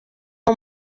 uwo